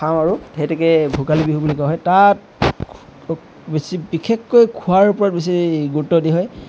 খাওঁ আৰু সেইটোকে ভোগালী বিহু বুলি কয় হয় তাত বেছি বিশেষকৈ খোৱাৰ ওপৰত বেছি গুৰুত্ব দিয়া হয়